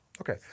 Okay